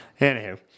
anywho